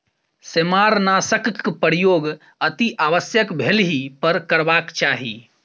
सेमारनाशकक प्रयोग अतिआवश्यक भेलहि पर करबाक चाही